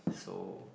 so